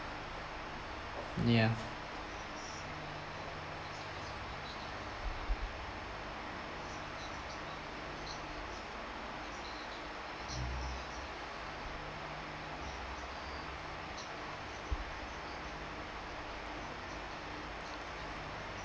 ya